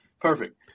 Perfect